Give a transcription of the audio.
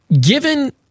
Given